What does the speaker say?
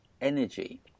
energy